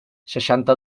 seixanta